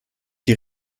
die